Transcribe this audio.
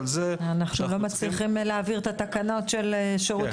אנחנו לא מצליחים להעביר את התקנות של שירות